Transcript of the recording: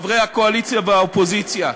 חברי הקואליציה והאופוזיציה,